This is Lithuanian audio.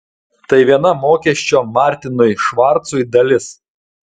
tai viena mokesčio martinui švarcui dalis